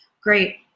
Great